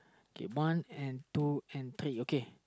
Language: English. okay one and two and three okay